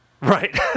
Right